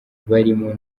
barimo